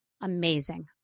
amazing